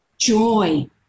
Joy